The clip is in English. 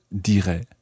dirait